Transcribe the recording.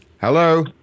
Hello